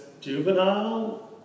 juvenile